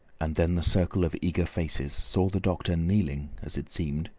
and then the circle of eager faces saw the doctor kneeling, as it seemed,